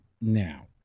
now